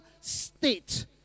state